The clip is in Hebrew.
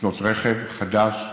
לקנות רכב חדש ובטוח,